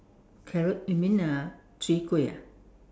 carrot you mean uh chwee-kueh ah